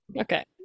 Okay